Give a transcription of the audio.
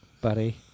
buddy